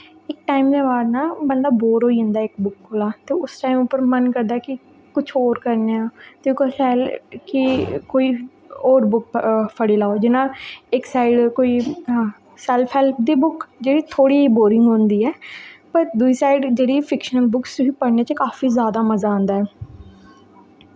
इक टाइम आंदा बंदा बोर होई जंदा बुक कोला ते उस टाइम उप्पर मन करदा कि कुछ होर करने दा ते कोई शैल कोई होर बुक फड़ी लैओ जि'यां इक साइड कोई सैल्फ हैल्प दी बुक जेह्ड़ी थोह्ड़ी जेही बोरिंग होंदी ऐ बट दुई साइड जेह्ड़ी फिक्शनल बुक्स पढ़ने च काफी जादा मजा आंदा ऐ